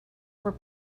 were